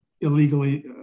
illegally